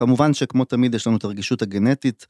במובן שכמו תמיד יש לנו את הרגישות הגנטית.